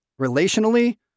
relationally